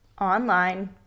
online